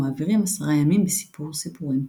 ומעבירים עשרה ימים בסיפור סיפורים.